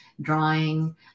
drawing